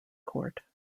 court